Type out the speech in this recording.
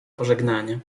pożegnanie